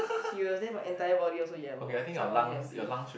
serious then my entire body also yellow so I must go and bathe